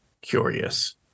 curious